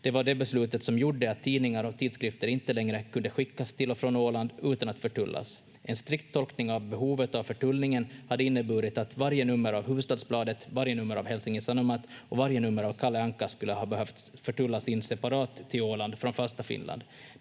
Det var det beslutet som gjorde att tidningar och tidskrifter inte längre kunde skickas till och från Åland utan att förtullas. En strikt tolkning av behovet av förtullningen hade inneburit att varje nummer av Hufvudstadsbladet, varje nummer av Helsingin Sanomat och varje nummer av Kalle Anka skulle ha behövt förtullas in separat till Åland från fasta Finland.